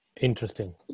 Interesting